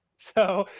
so,